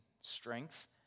strength